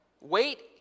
Wait